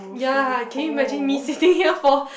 ya can you imagine me sitting here for